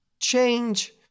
change